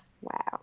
Wow